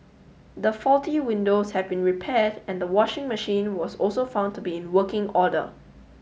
the faulty windows had been repaired and the washing machine was also found to be in working order